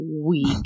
week